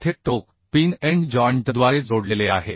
येथे टोक pin end जॉइंटद्वारे जोडलेले आहेत